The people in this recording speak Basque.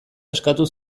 eskatu